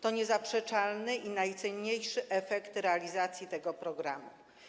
To niezaprzeczalny i najcenniejszy efekt realizacji tego programu.